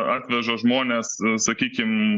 atveža žmones sakykim